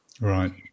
Right